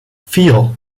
vier